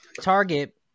target